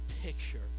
picture